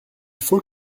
faut